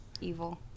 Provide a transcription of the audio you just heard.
evil